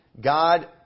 God